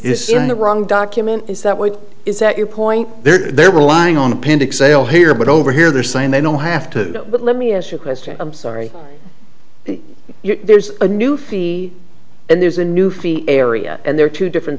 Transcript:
in the wrong document is that what is that your point there there were lying on appendix sale here but over here they're saying they don't have to but let me as you question i'm sorry there's a new fee and there's a new fee area and there are two different